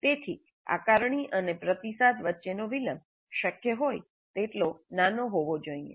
તેથી આકારણી અને પ્રતિસાદ વચ્ચેનો વિલંબ શક્ય તેટલો નાનો હોવો જોઈએ